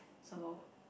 so